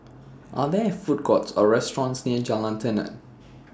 Are There Food Courts Or restaurants near Jalan Tenon